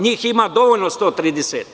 Njih ima dovoljno 130.